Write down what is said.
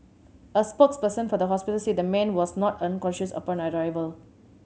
a spokesperson for the hospital said the man was not unconscious upon arrival